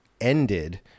ended